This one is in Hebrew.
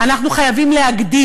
שאת המכנה המשותף אנחנו חייבים להגדיל,